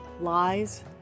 lies